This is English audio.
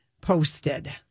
posted